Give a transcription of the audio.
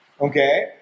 okay